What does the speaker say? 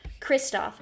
Kristoff